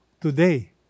Today